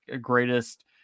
greatest